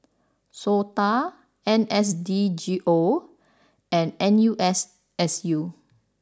Sota N S D G O and N U S S U